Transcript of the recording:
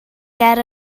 ger